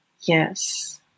yes